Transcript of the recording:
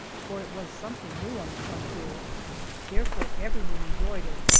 for it was something new on the frontier therefore everyone enjoyed it.